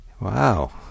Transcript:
Wow